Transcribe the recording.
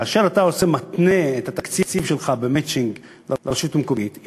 כאשר אתה מתנה את התקציב שלך לרשות מקומית במצ'ינג,